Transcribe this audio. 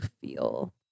feel